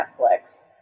Netflix